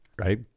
Right